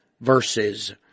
verses